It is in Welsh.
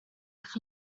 eich